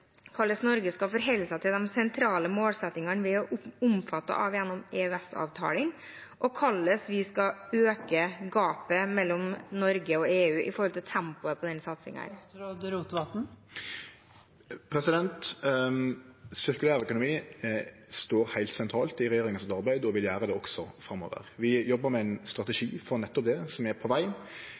sentrale målsettingene vi er omfattet av gjennom EØS-avtalen, og hvordan skal vi øke gapet mellom Norge og EU med tanke på tempoet på denne satsingen? Sirkulær økonomi står heilt sentralt i regjeringa sitt arbeid, og vil gjere det også framover. Vi jobbar med ein strategi for nettopp dette, som er på